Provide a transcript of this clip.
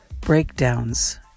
breakdowns